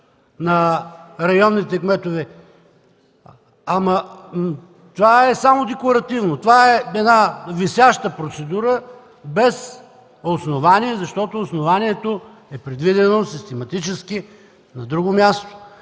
на районните кметове, ама това е само декоративно. Това е една висяща процедура без основание, защото основанието е предвидено систематически на друго място.